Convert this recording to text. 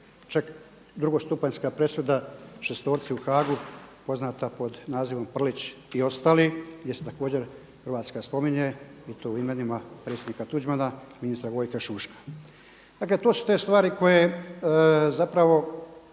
dakle drugostupanjska presuda šestorci u Haagu poznata pod nazivom „Prlić i ostali“ gdje se također Hrvatska spominje i to u …/Govornik se ne razumije./… predsjednika Tuđmana, ministra Gojka Šuška. Dakle, to su te stvari koje zapravo